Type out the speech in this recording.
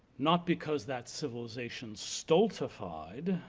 not because that civilization stultified,